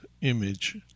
image